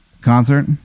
concert